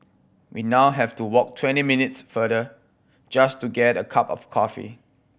we now have to walk twenty minutes farther just to get a cup of coffee